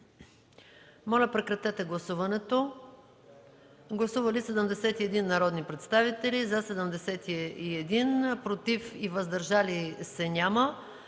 Моля, режим на гласуване. Гласували 72 народни представители: за 71, против 1, въздържали се няма.